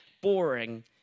boring